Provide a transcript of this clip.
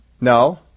No